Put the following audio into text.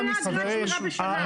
כמה עולה אגרת שמירה בשנה?